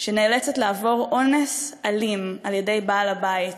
שנאלצת לעבור אונס אלים על-ידי בעל-הבית